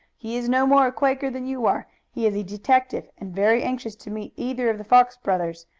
he is no more a quaker than you are. he is a detective, and very anxious to meet either of the fox brothers.